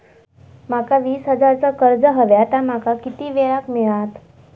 माका वीस हजार चा कर्ज हव्या ता माका किती वेळा क मिळात?